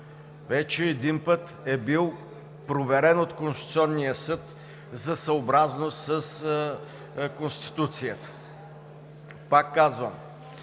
вече един път е бил проверен от Конституционния съд за съобразност с Конституцията. Пак казвам,